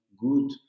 good